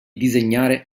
disegnare